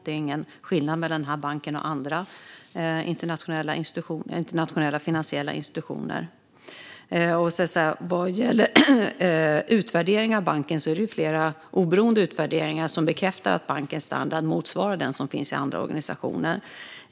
Det är alltså ingen skillnad mellan denna bank och andra internationella finansiella institutioner. Vad gäller utvärdering av banken är det flera oberoende utvärderingar som bekräftar att bankens standard motsvarar den som finns i andra organisationer.